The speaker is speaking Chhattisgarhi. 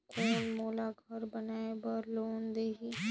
कौन मोला घर बनाय बार लोन देही?